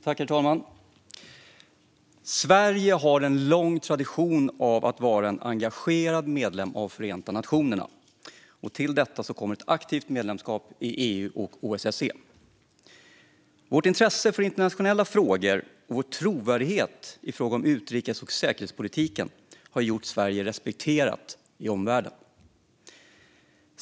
Herr talman! Sverige har en lång tradition av att vara en engagerad medlem av Förenta nationerna. Till detta kommer ett aktivt medlemskap i EU och OSSE. Vårt intresse för internationella frågor och vår trovärdighet i fråga om utrikes och säkerhetspolitiken har gjort Sverige respekterat i omvärlden.